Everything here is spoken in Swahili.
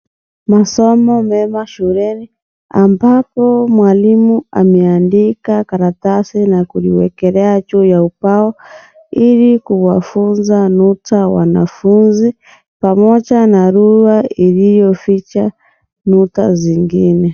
Masomo mema shuleni ambapo mwalimu ameandika karatasi na kuliwekelea juu ya ubao ili kuwafunza nukta wanafunzi pamoja na lugha iliyofija nuta zingine.